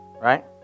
Right